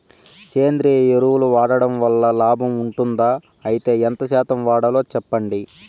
సేంద్రియ ఎరువులు వాడడం వల్ల లాభం ఉంటుందా? అయితే ఎంత శాతం వాడాలో చెప్పండి?